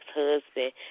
husband